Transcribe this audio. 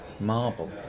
marble